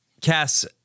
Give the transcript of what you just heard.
Cass